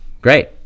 Great